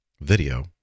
video